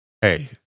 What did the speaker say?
hey